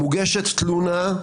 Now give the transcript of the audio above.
מוגשת תלונה,